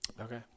Okay